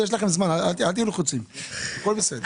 יש לכם זמן, אל תהיו לחוצים, הכול בסדר.